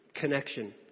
Connection